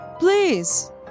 Please